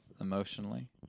emotionally